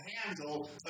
handle